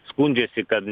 skundžiasi kad